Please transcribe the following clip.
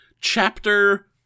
chapter